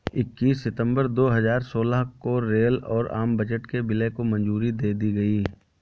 इक्कीस सितंबर दो हजार सोलह को रेल और आम बजट के विलय को मंजूरी दे दी गयी